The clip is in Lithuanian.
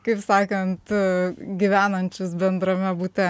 kaip sakant gyvenančius bendrame bute